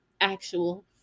actual